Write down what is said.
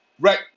Right